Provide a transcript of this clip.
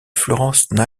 florence